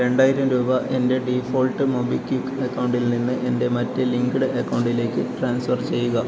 രണ്ടായിരം രൂപ എൻ്റെ ഡിഫോൾട്ട് മൊബിക്വിക്ക് അക്കൗണ്ടിൽ നിന്ന് എൻ്റെ മറ്റേ ലിങ്ക്ഡ് അക്കൗണ്ടിലേക്ക് ട്രാൻസ്ഫർ ചെയ്യുക